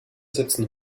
setzen